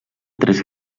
tres